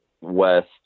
west